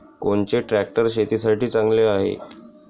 कोनचे ट्रॅक्टर शेतीसाठी चांगले हाये?